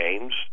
games